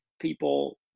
people